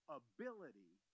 ability